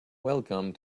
welcome